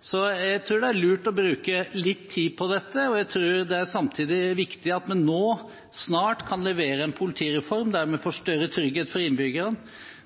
Så jeg tror det er lurt å bruke litt tid på dette, og jeg tror det samtidig er viktig at vi nå snart kan levere en politireform der vi får større trygghet for innbyggerne,